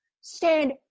stand